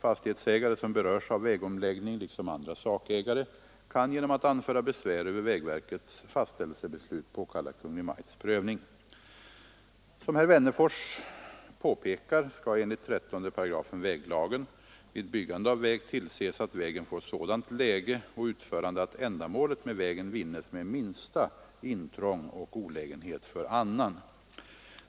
Fastighetsägare som berörs av vägomläggning liksom andra sakägare kan genom att anföra besvär över vägverkets fastställelsebeslut påkalla Kungl. Maj:ts prövning. Som herr Wennerfors påpekar skall enligt 13 § väglagen vid byggande av väg tillses, att vägen får sådant läge och utförande att ändamålet med vägen vinnes med minsta intrång och olägenhet för annan.